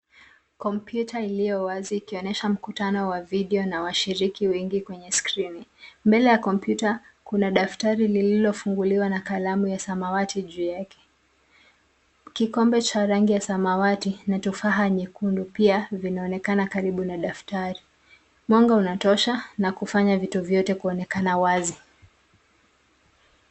Kompyuta iliyo wazi ikionyesha mkutano wa video na washiriki wengi kwenye skrini. Mbele ya kompyuta, kuna daftari lililofunguliwa na kalamu ya samawati juu yake. Kikombe cha rangi ya samawati na tufaha nyekundu pia vinaonekana karibu na daftari. Mwanga unatosha na kufanya vitu vyote kuonekana wazi.